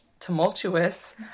tumultuous